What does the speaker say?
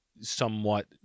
somewhat